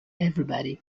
everybody